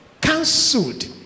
cancelled